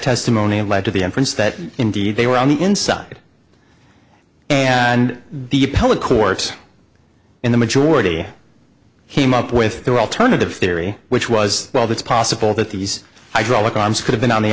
testimony and led to the inference that indeed they were on the inside and the appellate court in the majority came up with their alternative theory which was well that's possible that these hydraulic arms could have been on the